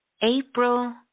April